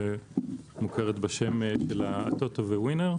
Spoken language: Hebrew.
שמוכרת בשם שלה טוטו ו-ווינר.